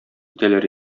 итәләр